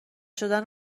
شدن